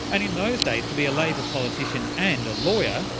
and in those days to be a labor politician and a lawyer,